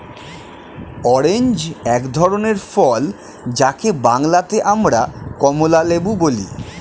orange এক ধরনের ফল যাকে বাংলাতে আমরা কমলালেবু বলি